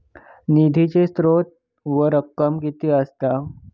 निधीचो स्त्रोत व रक्कम कीती असा?